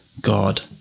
God